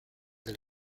del